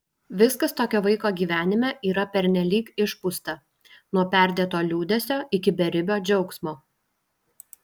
viskas tokio vaiko gyvenime yra pernelyg išpūsta nuo perdėto liūdesio iki beribio džiaugsmo